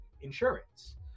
insurance